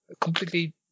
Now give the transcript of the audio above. completely